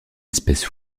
espèce